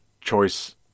choice